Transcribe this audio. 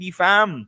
fam